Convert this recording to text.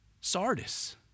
Sardis